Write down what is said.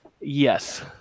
Yes